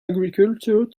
agriculture